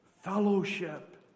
fellowship